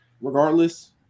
regardless